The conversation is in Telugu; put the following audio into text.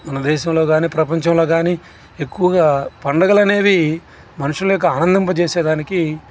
మన దేశంలో కానీ ప్రపంచంలో కానీ ఎక్కువగా పండుగలు అనేవి మనుషుల యొక్క ఆనందింప చేసేదానికి